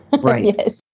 Right